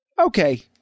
okay